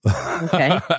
Okay